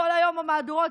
כל היום במהדורות.